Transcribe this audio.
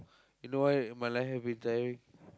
you know why my life have been tiring